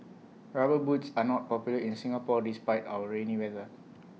rubber boots are not popular in Singapore despite our rainy weather